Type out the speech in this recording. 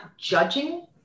judging